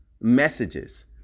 messages